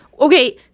okay